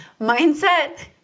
mindset